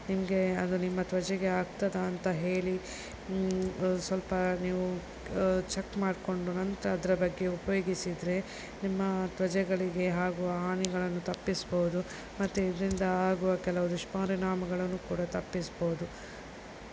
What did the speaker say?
ನಿಮಗೆ ಅದು ನಿಮ್ಮ ತ್ವಚೆಗೆ ಆಗ್ತದಾ ಅಂತ ಹೇಳಿ ಸ್ವಲ್ಪ ನೀವು ಚೆಕ್ ಮಾಡಿಕೊಂಡು ನಂತರ ಅದರ ಬಗ್ಗೆ ಉಪಯೋಗಿಸಿದರೆ ನಿಮ್ಮ ತ್ವಚೆಗಳಿಗೆ ಆಗುವ ಹಾನಿಗಳನ್ನು ತಪ್ಪಿಸ್ಬೌದು ಮತ್ತು ಇದರಿಂದ ಆಗುವ ಕೆಲವು ದುಷ್ಪರಿಣಾಮಗಳನ್ನು ಕೂಡ ತಪ್ಪಿಸ್ಬೌದು